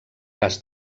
cas